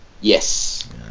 Yes